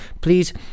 please